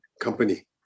company